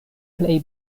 plej